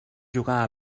jugar